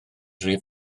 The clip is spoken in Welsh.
rhy